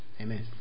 Amen